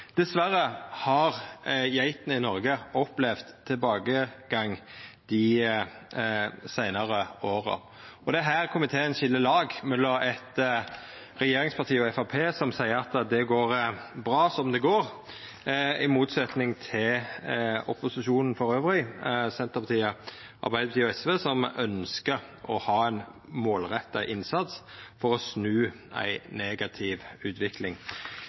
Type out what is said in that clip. Dessverre har geitene i Noreg opplevd tilbakegang dei seinare åra, og det er her komiteen skil lag, mellom regjeringspartia og Framstegspartiet, som seier at det går bra som det går, i motsetning til opposisjonen elles, Senterpartiet, Arbeidarpartiet og SV, som ønskjer å ha ein målretta innsats for å snu ei negativ utvikling.